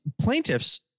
plaintiffs